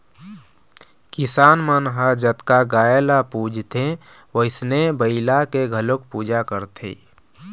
किसान मन ह जतका गाय ल पूजथे वइसने बइला के घलोक पूजा करथे